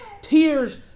tears